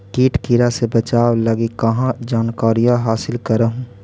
किट किड़ा से बचाब लगी कहा जानकारीया हासिल कर हू?